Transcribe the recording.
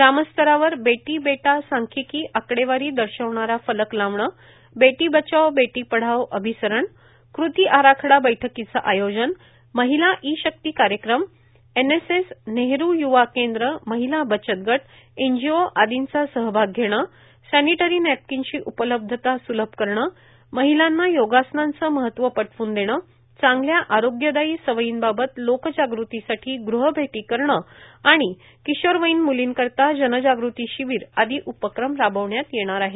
ग्रामस्तरावर बेटी बेटा सांख्यिकी आकडेवारी दर्शविणारा फलक लावणे बेटी बचाओ बेटी पढाओ अभिसरण कृती आराखडा बैठकीचे आयोजन महिला ई शक्ती कार्यक्रम एनएसएस नेहरू युवा केंद्र महिला बचतगट एनजीओ आदींचा सहभाग घेणे सॅनिटरी नॅपकीनची उपलब्धता सुलभ करणे महिलांना योगासनांच महत्व पटवून देणे चांगल्या आरोग्यदायी सवयींबाबत लोकजागृतीसाठी गृहभेटी करणे किशोरवयीन मुलींकरीता जनजागृती शिबिर आदी उपक्रम राबविण्यात येणार आहेत